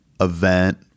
event